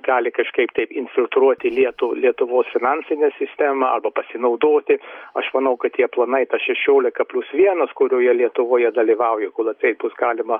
gali kažkaip taip infiltruoti lietu lietuvos finansinę sistemą arba pasinaudoti aš manau kad tie planai ta šešiolika plius vienas kurioje lietuvoje dalyvauja kolai tai bus galima